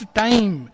time